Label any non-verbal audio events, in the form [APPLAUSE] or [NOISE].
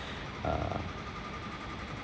[BREATH] uh